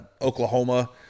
Oklahoma